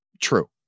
True